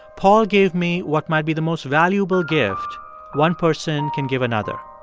paul gave me what might be the most valuable gift one person can give another.